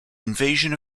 invasions